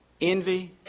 envy